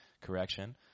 Correction